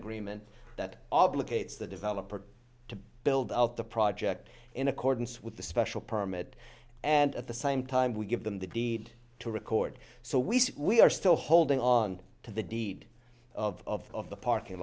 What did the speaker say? agreement that obligates the developer to build out the project in accordance with the special permit and at the same time we give them the deed to record so we see we are still holding on to the deed of the parking